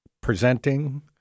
presenting